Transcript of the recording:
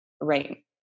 right